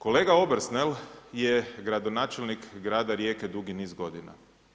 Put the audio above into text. Kolega Obersnel je gradonačelnik grada Rijeke dugi niz godina.